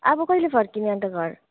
अह कहिले फर्किने अन्त घर